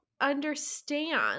understand